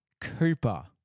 Cooper